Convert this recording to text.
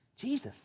Jesus